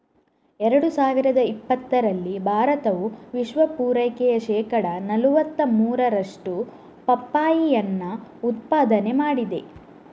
ಎರಡು ಸಾವಿರದ ಇಪ್ಪತ್ತರಲ್ಲಿ ಭಾರತವು ವಿಶ್ವ ಪೂರೈಕೆಯ ಶೇಕಡಾ ನಲುವತ್ತ ಮೂರರಷ್ಟು ಪಪ್ಪಾಯಿಯನ್ನ ಉತ್ಪಾದನೆ ಮಾಡಿದೆ